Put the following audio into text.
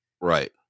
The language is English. Right